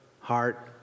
heart